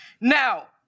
Now